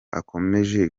akomeje